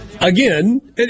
Again